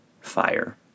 fire